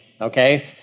okay